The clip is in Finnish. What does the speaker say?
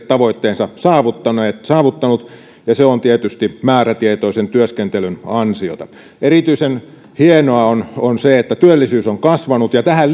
tavoitteensa saavuttanut ja se on tietysti määrätietoisen työskentelyn ansiota erityisen hienoa on on se että työllisyys on kasvanut ja tähän